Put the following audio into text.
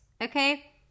okay